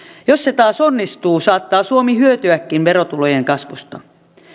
jos se taas onnistuu saattaa suomi hyötyäkin verotulojen kasvusta